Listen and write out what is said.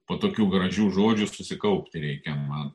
po tokių gražių žodžių susikaupti reikia man